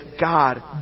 God